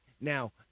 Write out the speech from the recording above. now